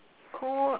call